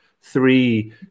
three